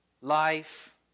life